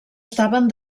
estaven